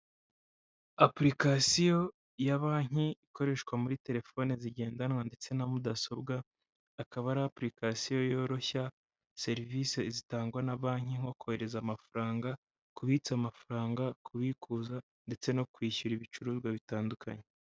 Apurikasiyo ya banki ikoreshwa muri telefoni zigendanwa ndetse na mudasobwa. Akaba ari apurikasiyo yoroshya serivisi zitangwa na banki, nko kohereza amafaranga, kubitsa amafaranga, kubikuza, ndetse no kwishyura ibicuruzwa bitandukanye.